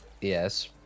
Yes